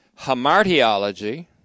hamartiology